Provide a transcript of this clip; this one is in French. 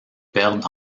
perdent